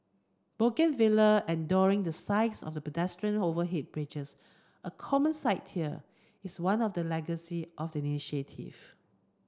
bougainvillea adorning the sides of pedestrian overhead bridges a common sight here is one of the legacy of the initiative